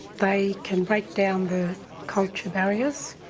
they can break down the culture barriers,